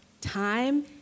time